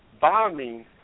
bombing